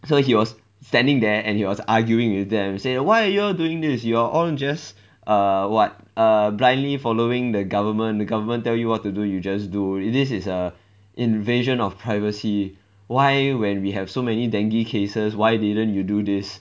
so he was standing there and he was arguing with them say why are you all doing this you are all just err what err blindly following the government the government tell you what to do you just do this is a invasion of privacy why when we have so many dengue cases why didn't you do this